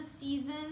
season